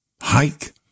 hike